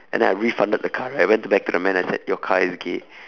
and then I refunded the car right I went to back to the man I said your car is gay